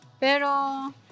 Pero